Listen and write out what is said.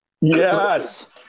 yes